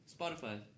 Spotify